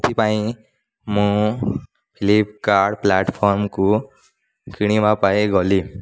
ସେଥିପାଇଁ ମୁଁ ଫ୍ଲିପକାର୍ଟ ପ୍ଲାଟଫର୍ମକୁ କିଣିବା ପାଇଁ ଗଲି